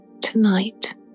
Tonight